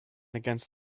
against